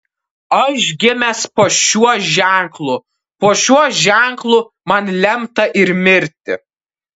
aš gimęs po šiuo ženklu po šiuo ženklu man lemta ir mirti